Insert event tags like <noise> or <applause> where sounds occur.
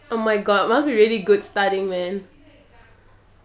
<noise> oh my god must be really good studying man